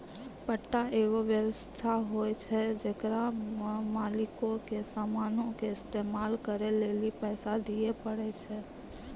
पट्टा एगो व्य्वस्था होय छै जेकरा मे मालिको के समानो के इस्तेमाल करै लेली पैसा दिये पड़ै छै